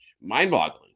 Mind-boggling